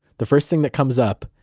the first thing that comes up,